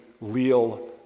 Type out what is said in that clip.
leal